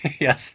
Yes